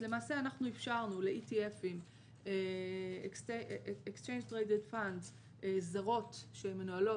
אז למעשה אפשרנו ל- ETF Exchange Trade Advance זרות שמנוהלות